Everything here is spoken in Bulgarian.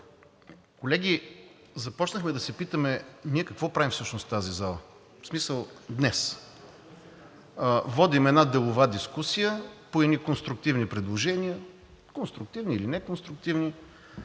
Колеги, започнахме да се питаме: ние какво правим всъщност в тази зала, в смисъл днес? Водим една делова дискусия по едни конструктивни предложения – конструктивни или неконструктивни,